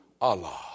Allah